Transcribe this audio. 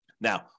Now